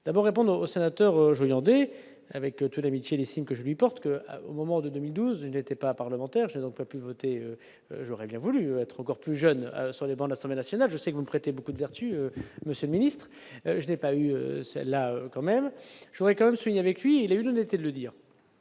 d'abord répondre aux sénateurs Joyandet avec tous les métiers, estime que je lui porte que au moment de 2012 n'était pas parlementaire je n'ont pas pu voter, j'aurais bien voulu être encore plus jeunes sur les dans l'assemblée nationale je sais que vous prêtez beaucoup de vertus, monsieur le Ministre, je n'ai pas eu celle, quand même, je voudrais quand même souligner avec lui, il a eu l'honnêteté de le dire,